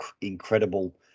incredible